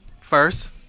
first